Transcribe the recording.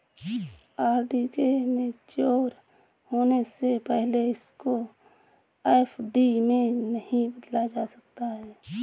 RD के mature होने से पहले इसको एफ.डी में नहीं बदला जा सकता